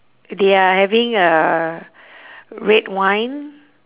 they are having uh red wine